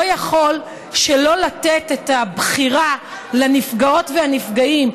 לא יכול שלא לתת את הבחירה לנפגעות ולנפגעים,